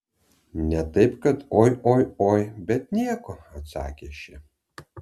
ne taip kad oi oi oi bet nieko atsakė ši